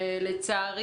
לצערי